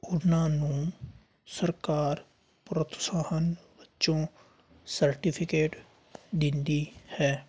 ਉਹਨਾਂ ਨੂੰ ਸਰਕਾਰ ਪ੍ਰੋਤਸਾਹਨ ਵੱਜੋਂ ਸਰਟੀਫਿਕੇਟ ਦਿੰਦੀ ਹੈ